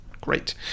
Great